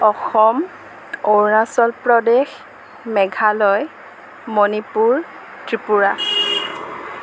Assam Arunachal Pradesh Meghalaya Manipur Tripura